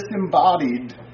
disembodied